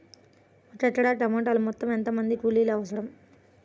ఒక ఎకరా టమాటలో మొత్తం ఎంత మంది కూలీలు అవసరం?